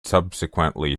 subsequently